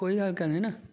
कोई ॻाल्हि कोन्हे न